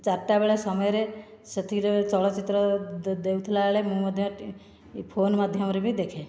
ଚାରିଟା ବେଳ ସମୟରେ ସେଥିରେ ଚଳଚ୍ଚିତ୍ର ଦେଉଥିଲା ବେଳେ ମୁଁ ମଧ୍ୟ ଫୋନ ମାଧ୍ୟମରେ ବି ଦେଖେ